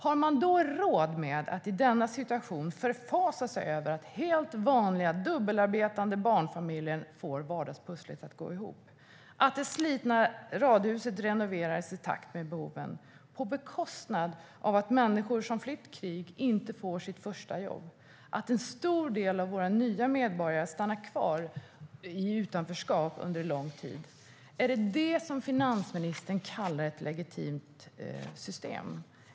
Har man i denna situation råd att förfasa sig över att helt vanliga dubbelarbetande barnfamiljer får vardagspusslet att gå ihop, att det slitna radhuset renoveras i takt med behoven på bekostnad av att människor som flytt krig inte får sitt första jobb, att en stor del av våra nya medborgare stannar kvar i utanförskap under lång tid? Är det detta som finansministern kallar ett legitimt system?